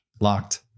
locked